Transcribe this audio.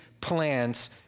plans